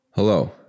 Hello